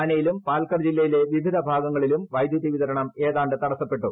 താനെയിലും പാൽക്കർ ജില്ലയിലെ വിവിധ ഭാഗങ്ങളിലും വൈദ്യുതി വിതരണം ഏതാണ്ട് തടസ്സപ്പെട്ടു